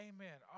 Amen